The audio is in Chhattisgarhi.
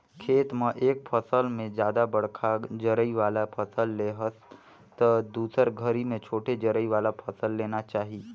खेत म एक फसल में जादा बड़खा जरई वाला फसल ले हस त दुसर घरी में छोटे जरई वाला फसल लेना चाही